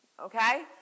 Okay